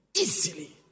Easily